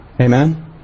Amen